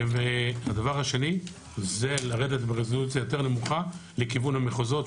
הדבר השני זה לרדת ברזולוציה היותר נמוכה לכיוון המחוזות.